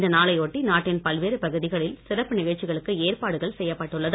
இந்த நாளையொட்டி நாட்டின் பல்வேறு பகுதிகளில் சிறப்பு நிகழ்ச்சிகளுக்கு ஏற்பாடுகள் செய்யப்பட்டுள்ளது